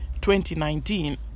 2019